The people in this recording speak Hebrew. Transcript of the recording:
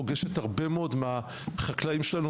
פוגשת הרבה מאוד מהחקלאים שלנו,